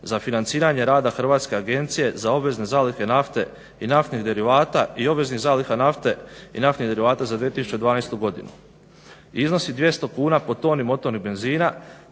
za financiranje rada hrvatske agencije za obvezne zalihe nafte i naftnih derivata i obveznik zalihe nafte i naftnih derivata za 2012. godinu iznosi 200 kuna po toni motornih benzina,